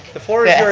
the floor yeah